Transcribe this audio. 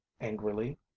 angrily